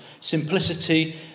simplicity